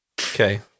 Okay